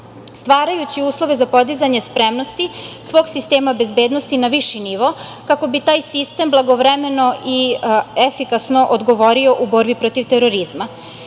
stvarajući uslove za podizanje spremnosti svog sistema bezbednosti na viši nivo kako bi taj sistem blagovremeno i efikasno odgovorio u borbi protiv terorizma. Naravno